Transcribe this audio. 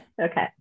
Okay